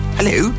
Hello